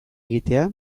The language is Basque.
egitea